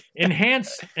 Enhance